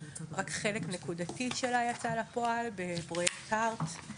רק חלק נקודתי שלה יצא לפועל בפרויקט הארט.